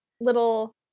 little